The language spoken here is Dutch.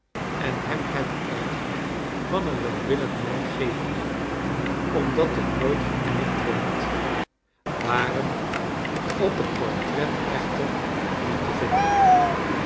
en hem het air van een welwillend man gevende omdat het nooit geknipt werd waren op het portret echter niet te vinden